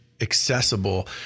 accessible